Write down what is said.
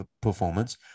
performance